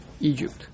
Egypt